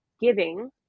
giving